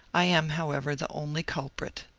i am, however, the only culprit.